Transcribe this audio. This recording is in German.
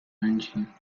münchen